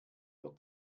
uhr